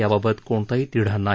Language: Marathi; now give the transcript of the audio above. याबाबत कोणताही तिढा नाही